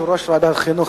יושב-ראש ועדת החינוך,